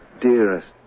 dearest